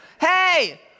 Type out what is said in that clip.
Hey